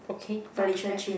okay not too bad